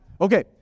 Okay